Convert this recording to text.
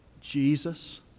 Jesus